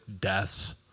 Deaths